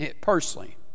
personally